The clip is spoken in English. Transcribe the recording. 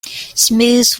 smooth